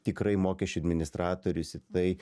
tikrai mokesčių administratorius į tai